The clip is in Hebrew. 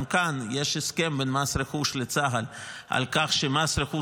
גם כאן יש הסכם בין מס רכוש לצה"ל על כך שמס רכוש